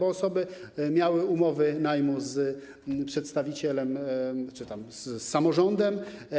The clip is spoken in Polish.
Osoby miały umowy najmu z przedstawicielem czy z samorządem.